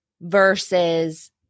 versus